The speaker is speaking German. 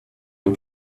ein